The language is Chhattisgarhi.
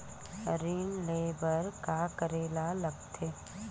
ऋण ले बर का करे ला लगथे?